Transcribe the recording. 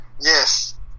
Yes